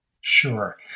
Sure